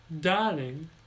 Darling